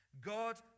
God